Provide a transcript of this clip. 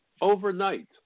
overnight